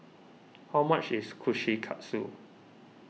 how much is Kushikatsu